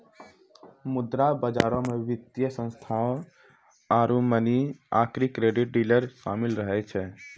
मुद्रा बजारो मे वित्तीय संस्थानो आरु मनी आकि क्रेडिट डीलर शामिल रहै छै